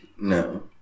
No